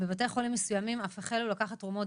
בבתי חולים מסוימים אף החלו לקחת תרומות